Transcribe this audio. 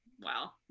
wow